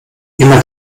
immer